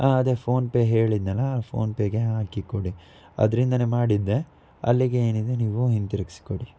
ಹಾಂ ಅದೇ ಫೋನ್ಪೇ ಹೇಳಿದೆನಲ್ಲ ಆ ಫೋನ್ಪೇಗೆ ಹಾಕಿ ಕೊಡಿ ಅದರಿಂದಾನೆ ಮಾಡಿದ್ದೆ ಅಲ್ಲಿಗೆ ಏನಿದೆ ನೀವು ಹಿಂತಿರ್ಗಿಸಿ ಕೊಡಿ